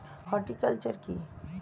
Horticulture কি?